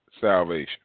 salvation